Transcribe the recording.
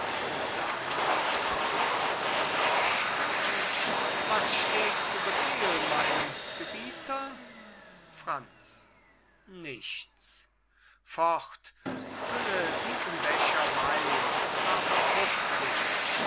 was steht zu befehl mein gebieter franz nichts fort fülle diesen becher wein aber hurtig